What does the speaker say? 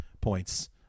points